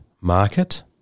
market